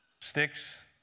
Sticks